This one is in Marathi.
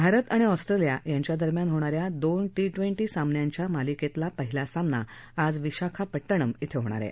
भारत आणि ऑस्ट्रेलिया यांच्यादरम्यान होणाऱ्या दोन टी ट्वेंटी सामन्यांच्या मालिकेतला पहिला सामना आज विशाखापट्टणम् इथं होणार आहे